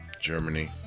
Germany